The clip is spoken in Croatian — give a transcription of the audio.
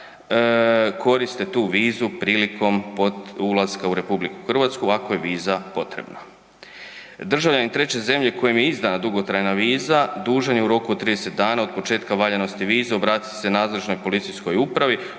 koriste tu vizu prilikom ulaska u RH ako je viza potrebna. Državljanin treće zemlje kojem je izdana dugotrajna viza dužan je u roku od 30 dana od početka valjanosti vize obratiti se nadležnoj policijskoj upravi